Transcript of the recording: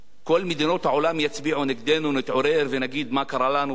כל מדינות העולם יצביעו נגדנו נתעורר ונגיד: מה קרה לנו?